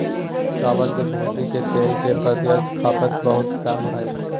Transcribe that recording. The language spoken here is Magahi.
चावल के भूसी के तेल के प्रत्यक्ष खपत बहुते कम हइ